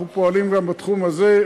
אנחנו פועלים גם בתחום הזה.